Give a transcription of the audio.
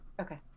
Okay